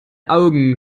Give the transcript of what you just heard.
augen